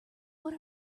what